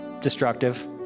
destructive